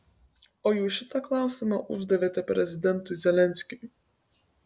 o jūs šitą klausimą uždavėte prezidentui zelenskiui